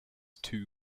two